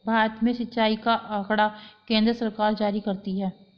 भारत में सिंचाई का आँकड़ा केन्द्र सरकार जारी करती है